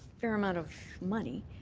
fair amount of money